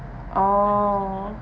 oh